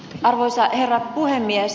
arvoisa herra puhemies